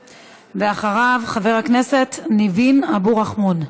ואחריו, חברת הכנסת ניבין אבו רחמון.